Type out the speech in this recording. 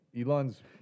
Elon's